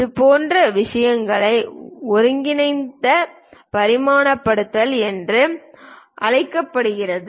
இதுபோன்ற விஷயங்களை ஒருங்கிணைந்த பரிமாணப்படுத்தல் என்று அழைக்கப்படுகிறது